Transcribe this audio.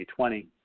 2020